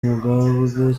umugambwe